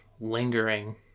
lingering